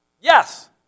yes